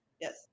Yes